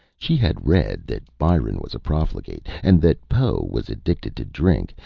she had read that byron was profligate, and that poe was addicted to drink,